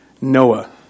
Noah